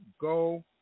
go